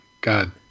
God